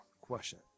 question